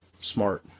smart